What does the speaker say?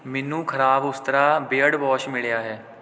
ਮੈਨੂੰ ਖ਼ਰਾਬ ਉਸਤਰਾ ਬਿਅਡ ਵਾਸ਼ ਮਿਲਿਆ ਹੈ